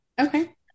Okay